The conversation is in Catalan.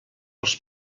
els